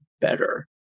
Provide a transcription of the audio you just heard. better